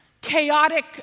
chaotic